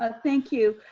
ah thank you.